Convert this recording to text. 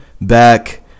back